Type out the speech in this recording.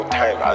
time